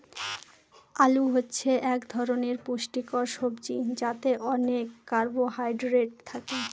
আলু হচ্ছে এক ধরনের পুষ্টিকর সবজি যাতে অনেক কার্বহাইড্রেট থাকে